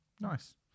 Nice